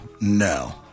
No